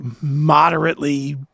moderately